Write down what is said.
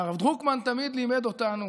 והרב דרוקמן תמיד לימד אותנו